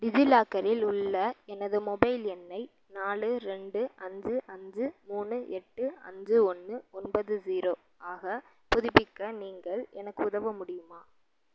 டிஜிலாக்கரில் உள்ள எனது மொபைல் எண்ணை நாலு ரெண்டு அஞ்சு அஞ்சு மூணு எட்டு அஞ்சு ஒன்று ஒன்பது ஜீரோ ஆக புதுப்பிக்க நீங்கள் எனக்கு உதவ முடியுமா